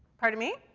pardon me?